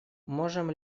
можем